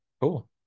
cool